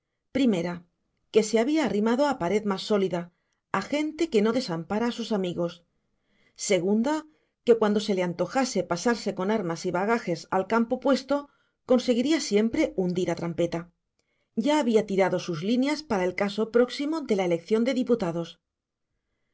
primera que se había arrimado a pared más sólida a gente que no desampara a sus amigos segunda que cuando se le antojase pasarse con armas y bagajes al campo opuesto conseguiría siempre hundir a trampeta ya había tirado sus líneas para el caso próximo de la elección de diputados